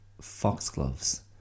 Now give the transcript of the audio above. foxgloves